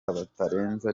batarenze